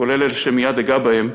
כולל אלה שמייד אגע בהם,